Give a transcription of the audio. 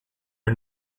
her